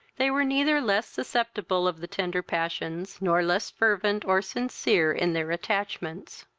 they were neither less susceptible of the tender passions, nor less fervent or sincere in their attachments.